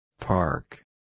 Park